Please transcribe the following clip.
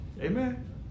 Amen